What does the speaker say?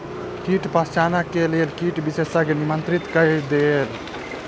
कीट पहचान के लेल कीट विशेषज्ञ के निमंत्रित कयल गेल